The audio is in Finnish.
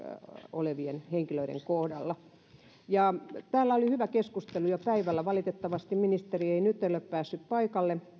toimivien henkilöiden kohdalla täällä oli hyvä keskustelu jo päivällä valitettavasti ministeri ei nyt ole päässyt paikalle